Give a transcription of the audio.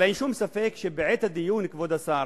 אבל אין שום ספק שבעת הדיון, כבוד השר,